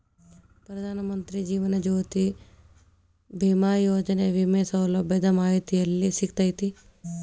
ಪ್ರಧಾನ ಮಂತ್ರಿ ಜೇವನ ಜ್ಯೋತಿ ಭೇಮಾಯೋಜನೆ ವಿಮೆ ಸೌಲಭ್ಯದ ಮಾಹಿತಿ ಎಲ್ಲಿ ಸಿಗತೈತ್ರಿ?